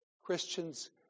Christians